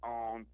on